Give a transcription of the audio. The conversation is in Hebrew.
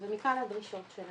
ומכאן הדרישות שלנו.